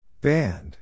Band